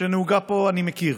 שנהוגה פה אני מכיר,